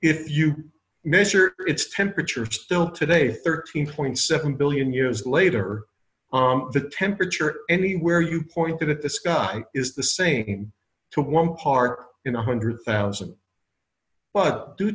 if you measure its temperatures still today thirteen point seven billion years later the temperature anywhere you pointed at the sky is the same to one part in one hundred thousand but due